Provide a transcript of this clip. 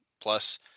plus